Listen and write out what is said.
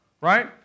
Right